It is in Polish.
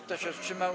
Kto się wstrzymał?